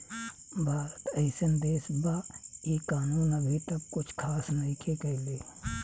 भारत एइसन देश बा इ कानून अभी तक कुछ खास नईखे कईले